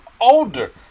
older